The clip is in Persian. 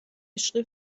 عشق